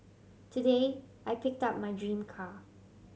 today I picked up my dream car